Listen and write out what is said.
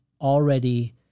already